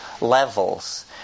levels